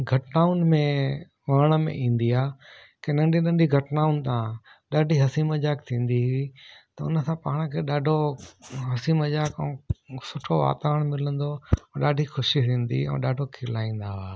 घटानाउनि में वणण में ईंदी आहे की नंढी नंढी घटानाउनि खां ॾाढी हसी मज़ाक थींदी हुई त हुनसां पाण खे ॾाढो हसी मज़ाक ऐं सुठो वातावरण मिलंदो हुओ ॾाढी ख़ुशी थींदी हुई ऐं ॾाढो खिलाईंदा हुआ